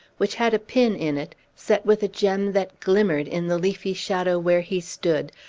which had a pin in it, set with a gem that glimmered, in the leafy shadow where he stood,